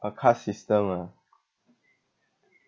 a caste system ah